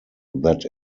that